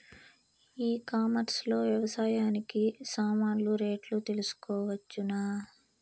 E commerce లో వ్యవసాయానికి సామాన్లు రేట్లు తెలుసుకోవచ్చునా?